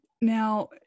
Now